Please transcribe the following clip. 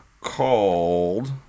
called